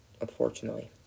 Unfortunately